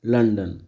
London